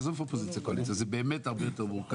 ועזוב קואליציה ואופוזיציה.